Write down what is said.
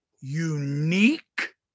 unique